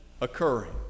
occurring